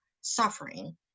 suffering